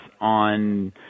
on